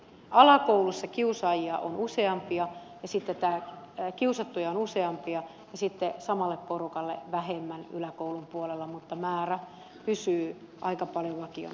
alakoulussa kiusaajia on useampia esitetään tai kiusattuja on useampia ja sitten samalle porukalle vähemmän yläkoulun puolella mutta määrä pysyy aika paljon vakiona